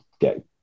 get